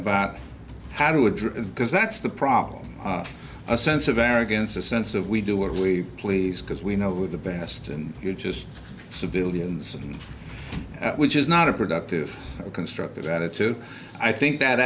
about how to address it because that's the problem a sense of arrogance a sense of we do what we please because we know who the best and you're just civilians which is not a productive constructive attitude i think that